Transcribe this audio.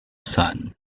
son